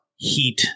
heat